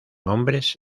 hombres